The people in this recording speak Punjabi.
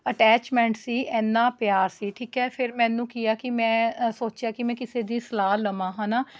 ਅਟੈਚਮੈਂਟ ਸੀ ਇੰਨਾ ਪਿਆਰ ਸੀ ਠੀਕ ਆ ਫਿਰ ਮੈਨੂੰ ਕੀ ਆ ਕਿ ਮੈਂ ਸੋਚਿਆ ਕਿ ਮੈਂ ਕਿਸੇ ਦੀ ਸਲਾਹ ਲਵਾਂ